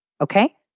Okay